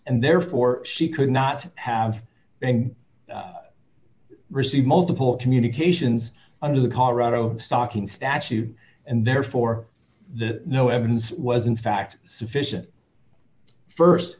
and therefore she could not have received multiple communications under the colorado stocking statute and therefore the no evidence was in fact sufficient first